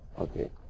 Okay